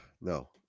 no